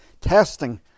testing